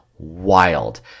Wild